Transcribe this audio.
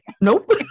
Nope